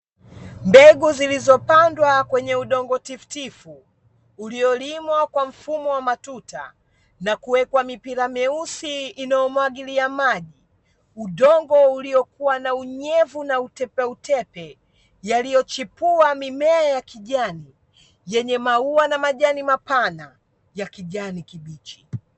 Mbegu zilizopandwa kwenye udongo tifutifu uliolimwa kwa mfumo wa matuta na kuwekwa mipira mieusi inayomwagilia maji, udongo uliokuwa na unyevu na utepeutepe yaliyochipua mimea ya kijani yenye maua na majani mapana ya kijani kibichi.